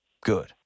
Good